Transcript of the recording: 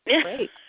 Great